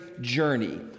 journey